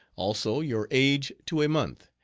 also your age to a month,